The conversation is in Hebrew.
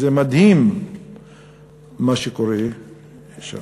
זה מדהים מה שקורה שם.